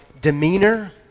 demeanor